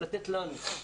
לתת לנו.